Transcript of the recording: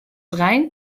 gain